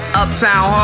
uptown